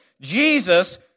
Jesus